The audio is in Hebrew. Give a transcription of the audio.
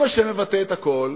אם השם מבטא את הכול.